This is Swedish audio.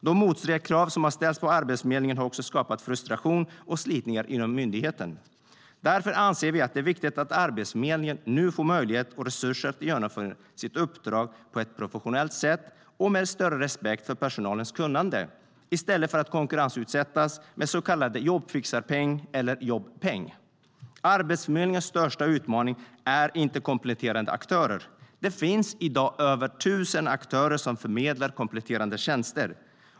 De motstridiga krav som har ställts på Arbetsförmedlingen har också skapat frustration och slitningar inom myndigheten. Arbetsförmedlingens största utmaning är inte kompletterande aktörer. Det finns i dag över tusen aktörer som förmedlar kompletterande tjänster.